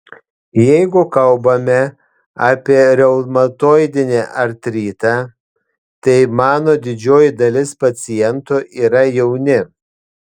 jeigu kalbame apie reumatoidinį artritą tai mano didžioji dalis pacientų yra jauni